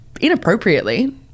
inappropriately